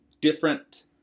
different